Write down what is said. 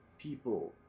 people